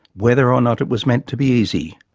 whether or not it was meant to be easy,